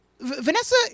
Vanessa